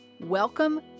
Welcome